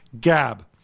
gab